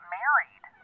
married